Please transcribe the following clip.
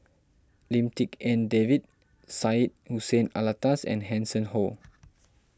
Lim Tik En David Syed Hussein Alatas and Hanson Ho